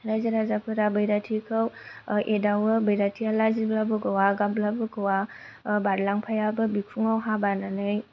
रायजो राजाफोरा बैराथिखौ एदावो बैराथिया लाजिब्लाबो गआ गाब्लाबो गआ बारलाम्फायाबो बिखुङाव हा बानानै